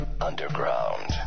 Underground